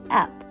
up